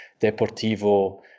Deportivo